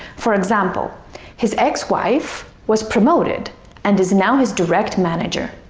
for example his ex-wife was promoted and is now his direct manager